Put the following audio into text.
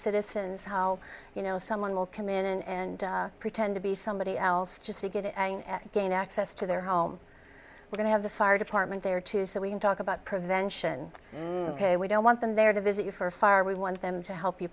citizens how you know someone will come in and pretend to be somebody else just to get it and gain access to their home we're going to have the fire department there too so we can talk about prevention ok we don't want them there to visit you for fire we want them to help you